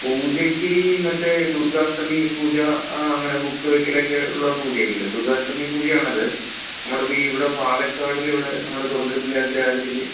പൂജയ്ക്ക് മറ്റേ ദുർഗ്ഗാഷ്ടമി പൂജ അങ്ങനെ ബുക്ക് വയ്ക്കലൊക്കെ ഉള്ള പൂജയൊക്കെ ഇല്ലെ ദുർഗ്ഗാഷ്ടമി പൂജയാണത് നമ്മുടെയിവിടെ പാലക്കാടിൽ ഇവിടെ നമ്മുടെ കൊടുന്നല്ലപ്പള്ളി അഗ്രഹാരത്തിൽ